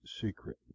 Secret